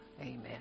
Amen